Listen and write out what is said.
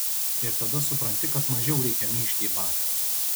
ir tada supranti kad mažiau reikia myžti į batą